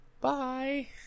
Bye